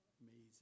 Amazing